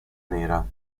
nera